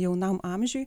jaunam amžiui